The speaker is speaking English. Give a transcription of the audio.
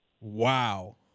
Wow